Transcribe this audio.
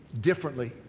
differently